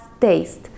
taste